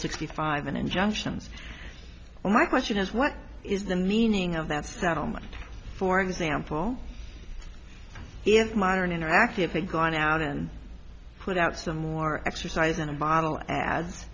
sixty five and injunctions and my question is what is the meaning of that settlement for example if modern interactivity gone out and put out some more exercise in a bottle a